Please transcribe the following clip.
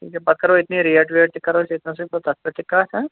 ٹھیٖک چھُ پَتہٕ کَرو أتۍنٕے ریٹ ویٹ تہِ کَرو أتۍنَسٕے پَتہٕ تَتھ پٮ۪ٹھ تہِ کَتھ